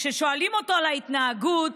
כששואלים אותו על ההתנהגות